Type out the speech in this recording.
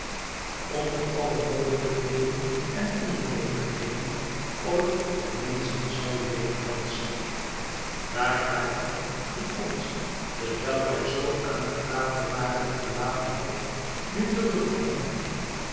onder alle mogelijkheden en onmogelijkheden ooit de menschen zou leeren dansen daar haar man die ons terwijl wij zoo aan het praten waren verlaten had nu terugkwam